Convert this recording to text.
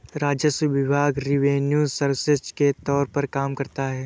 राजस्व विभाग revenue services के तौर पर काम करता है